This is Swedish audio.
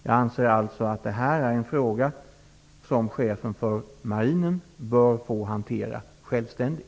Jag anser alltså att det här är en fråga som Chefen för marinen bör få hantera självständigt.